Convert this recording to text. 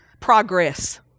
progress